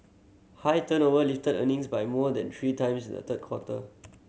high turnover lifted earnings by more than three times in the third quarter